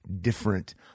different